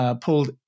pulled